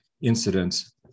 incidents